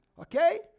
Okay